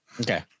Okay